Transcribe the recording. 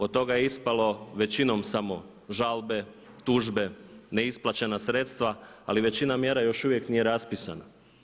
Od toga je ispalo većinom samo žalbe, tuže, neisplaćena sredstva ali većina mjera još uvijek nije raspisana.